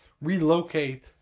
relocate